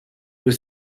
was